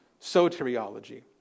soteriology